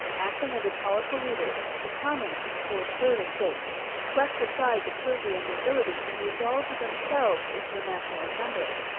acting under powerful leaders, the commoners, or third estate, swept aside the clergy and nobility and resolved themselves into a national assembly.